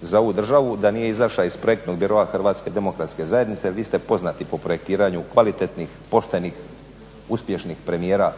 za ovu državu da nije izašla iz … HZD-a jer vi ste poznati po projektiranju kvalitetnih, poštenih, uspješnih premijera